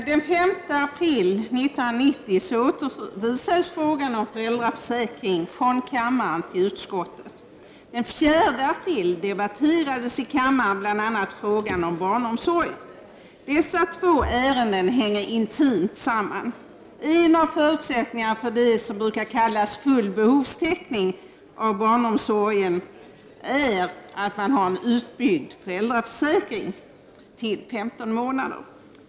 Herr talman! Den 5 april 1990 återförvisades frågan om föräldraförsäkringen från kammaren till utskottet. Den 4 april debatterades i kammaren bl.a. frågan om barnomsorg. Dessa två ärenden hänger intimt samman. En av förutsättningarna för det som brukar kallas full behovstäckning av barnomsorgen är att man har en föräldraförsäkring som är utbyggd till 15 månader.